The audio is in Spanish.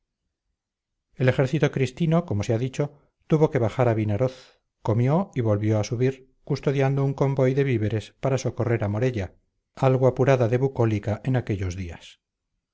el ejército cristino como se ha dicho tuvo que bajar a vinaroz comió y volvió a subir custodiando un convoy de víveres para socorrer a morella algo apurada de bucólica en aquellos días